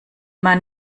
man